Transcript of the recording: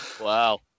Wow